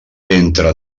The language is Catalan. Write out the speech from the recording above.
entre